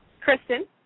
Kristen